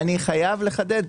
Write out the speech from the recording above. אני חייב לחדד,